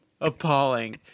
appalling